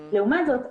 לעומת זאת,